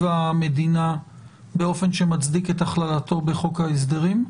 המדינה באופן שמצדיק את הכללתו בחוק ההסדרים,